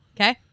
Okay